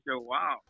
Wow